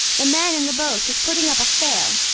the man in the boat was putting up a sail.